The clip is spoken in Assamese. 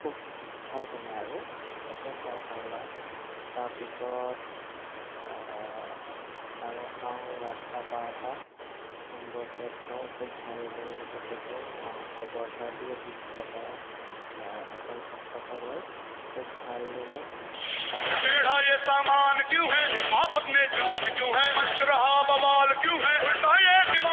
খুব ভাল বনায় আৰু তাতে খাই ভাল লাগে তাৰ পিছত আৰু খাওঁ লাচ্ছা পাৰাঠা এম্ব'ছিয়াত খাওঁ খুব ভাল বনায় তেখেতে মাংস পৰঠা দিয়ে বিছ টকা পঞ্চাছ টকা লয় খুব ভাল লাগে